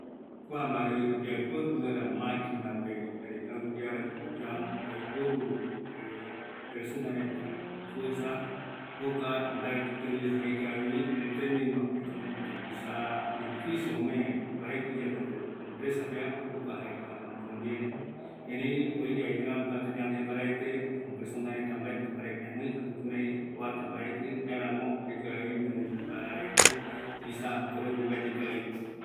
Mbaetɨko ikavi tei, oyepoepɨ vaera mbaravɨkɨ maquinape, kuako omae mbaravɨkɨ iyareta jeta omboepɨ mbaravɨkɨ iyapoa retape, kuapeko oyeeya jeta yandevareta iparavɨkɨ mbae, jaeramo jetavi mbaraete tëtärupi